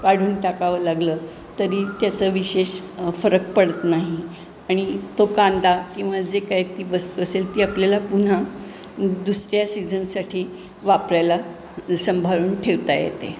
काढून टाकावं लागलं तरी त्याचं विशेष फरक पडत नाही आणि तो कांदा किंवा जे काय ती वस्तू असेल ती आपल्याला पुन्हा दुसऱ्या सीझनसाठी वापरायला सांभाळून ठेवता येते